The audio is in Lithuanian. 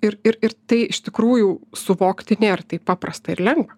ir ir tai iš tikrųjų suvokti nėr taip paprasta ir lengva